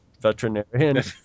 veterinarian